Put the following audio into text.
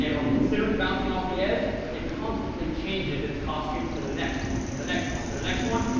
and or considers bouncing off the edge, it constantly changes its costume to the next one, to the next one, to the next one,